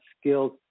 skills